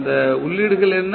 அந்த உள்ளீடுகள் என்ன